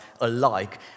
alike